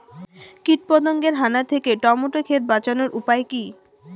কীটপতঙ্গের হানা থেকে টমেটো ক্ষেত বাঁচানোর উপায় কি?